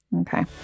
Okay